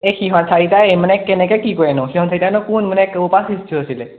এই সিহঁত চাৰিটাই মানে কেনেকৈ কি কৰেনো সিহঁত চাৰিটাইনো কোন ক'ৰপৰা সৃষ্টি হৈছিলে